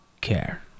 care